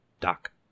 Doc